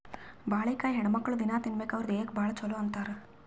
ಬಾಳಿಕಾಯಿ ಹೆಣ್ಣುಮಕ್ಕ್ಳು ದಿನ್ನಾ ತಿನ್ಬೇಕ್ ಅವ್ರ್ ದೇಹಕ್ಕ್ ಭಾಳ್ ಛಲೋ ಅಂತಾರ್